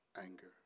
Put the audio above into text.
anger